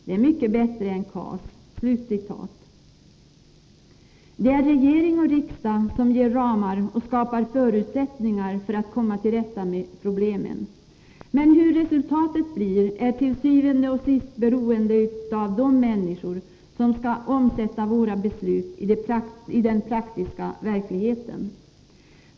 Det är mycket bättre än KAS.” Det är regering och riksdag som ger ramar och skapar förutsättningar för att komma till rätta med problemen, men hur resultatet blir är til syvende og sidst beroende av de människor som skall omsätta våra beslut i den praktiska verkligheten.